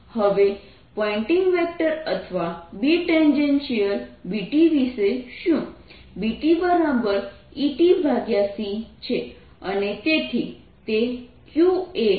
હવે Poynting vector અથવા B tangential Bt વિશે શું BtEt c છે અને તેથી તે qa sin θ420c3r છે